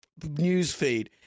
newsfeed